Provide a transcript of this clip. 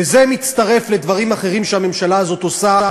וזה מצטרף לדברים אחרים שהממשלה הזאת עושה,